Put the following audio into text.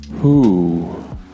Who